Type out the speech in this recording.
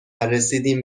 رسیدیم